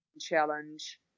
challenge